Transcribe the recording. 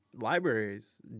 libraries